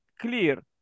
clear